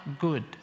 good